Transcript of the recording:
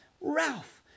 Ralph